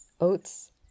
oats